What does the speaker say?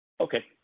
Okay